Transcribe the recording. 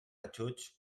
ajuts